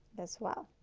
as well.